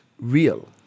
real